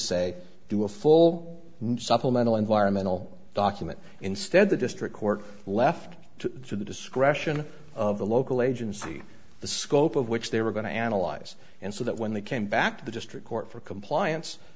say do a full supplemental environmental document instead the district court left to the discretion of the local agency the scope of which they were going to analyze and so that when they came back to the district court for compliance